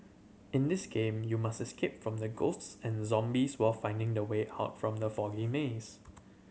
in this game you must escape from the ghosts and zombies while finding the way out from the foggy maze